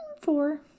four